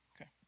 Okay